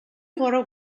гурав